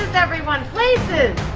everyone! places!